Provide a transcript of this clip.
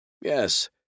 Yes